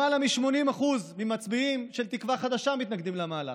למעלה מ-80% של מצביעי תקווה חדשה מתנגדים למהלך,